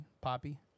Poppy